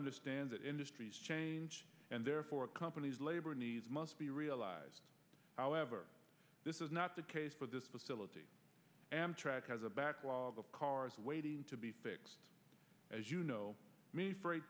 understand that industry's change and therefore company's labor needs must be realized however this is not the case for this facility amtrak has a backlog of cars waiting to be fixed as you know freight